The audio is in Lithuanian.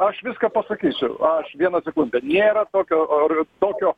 aš viską pasakysiu aš vieną sekundę nėra tokio ar tokio